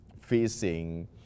facing